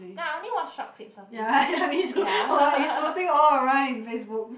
ya I only watch short clips of the this yeah